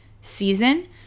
season